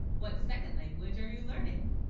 what second language are you learning